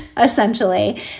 essentially